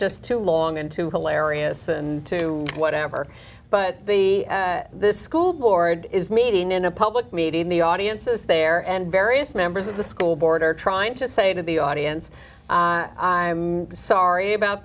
just too long and too hilarious and too whatever but the this school board is meeting in a public meeting the audience is there and various members of the school board are trying to say to the audience i'm sorry about